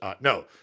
no